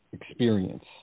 experience